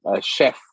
chef